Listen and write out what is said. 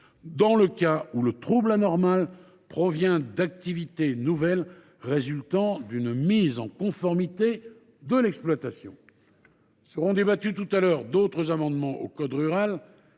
dans le cas où le trouble anormal provient d’activités nouvelles résultant d’une mise en conformité de l’exploitation. Seront examinés tout à l’heure des amendements tendant